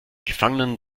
gefangenen